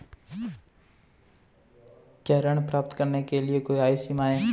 क्या ऋण प्राप्त करने के लिए कोई आयु सीमा है?